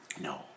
No